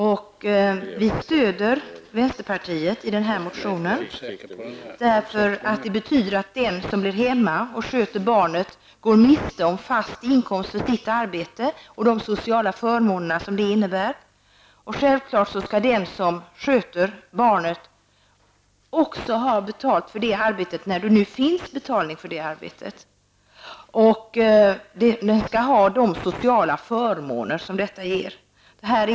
Vi stöder därför vänsterpartiets motion, eftersom de nuvarande reglerna innebär att den som stannar hemma och sköter barnet går miste om fast inkomst för sitt arbete och de sociala förmåner som det innebär. Självfallet skall den som sköter barnet ha betalt för det arbetet, när det nu finns möjligheter till det, och de sociala förmåner som ett sådant betalt arbete medför.